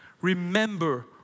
Remember